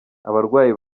abarwayi